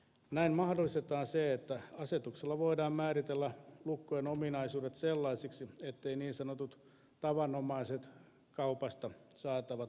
näin mahdollistetaan se että asetuksella voidaan määritellä lukkojen ominaisuudet sellaisiksi etteivät niin sanotut tavanomaiset kaupasta saatavat lukituslaitteet olisi riittäviä